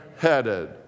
Headed